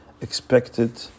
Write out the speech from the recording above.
expected